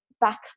back